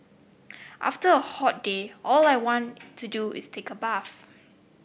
after a hot day all I want to do is take a bath